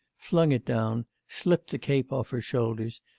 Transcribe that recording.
flung it down, slipped the cape off her shoulders,